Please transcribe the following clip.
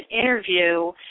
interview